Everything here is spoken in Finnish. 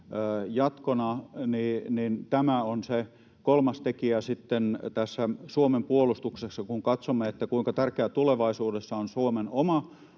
jatkona tämä on se kolmas tekijä sitten tässä Suomen puolustuksessa. Kun katsomme, kuinka tärkeää tulevaisuudessa on Suomen oma